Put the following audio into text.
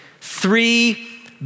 three